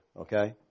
Okay